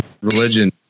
religion